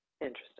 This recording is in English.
Interesting